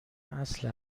اصل